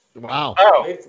Wow